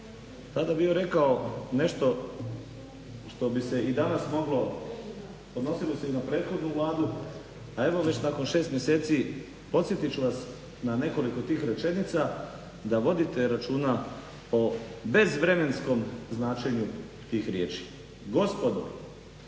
tada bio rekao nešto što bi se i danas moglo, odnosilo se i na prethodnu vladu a evo već nakon 6 mjeseci podsjetit ću vas na nekoliko tih rečenica da vodite računa o bezvremenskom značenju tih riječi. "Gospodo,